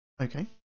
Okay